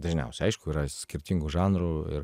dažniausiai aišku yra skirtingų žanrų ir